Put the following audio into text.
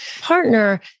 partner